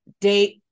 date